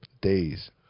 days